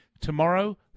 tomorrow